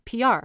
PR